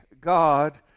God